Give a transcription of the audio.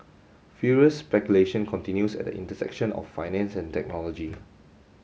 furious speculation continues at the intersection of finance and technology